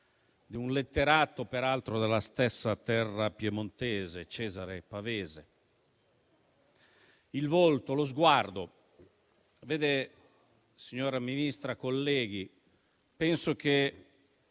di un letterato peraltro della stessa terra piemontese, Cesare Pavese. Il volto, lo sguardo. Signora Ministra, colleghi, penso che